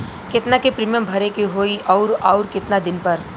केतना के प्रीमियम भरे के होई और आऊर केतना दिन पर?